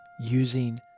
using